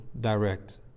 direct